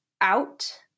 out